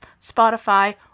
Spotify